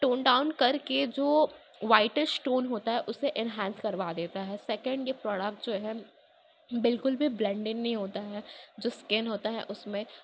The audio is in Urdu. ٹون ڈاؤن کر کے جو وائٹس اسٹون ہوتا ہے اسے انہینس کروا دیتا ہے سیکنڈ یہ پروڈکٹ جو ہے بالکل بھی بلنڈین نہیں ہوتا ہے جو اسکن ہوتا ہے اس میں